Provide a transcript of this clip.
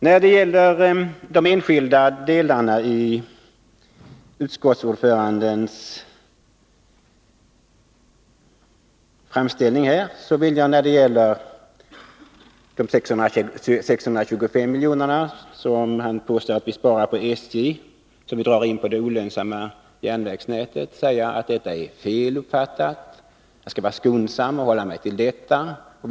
Kurt Hugosson påstår att vi vill spara in 625 milj.kr. när det gäller SJ och det olönsamma järnvägsnätet. Men det är fel uppfattat. Jag skall vara skonsam och inskränka mig till det uttalandet.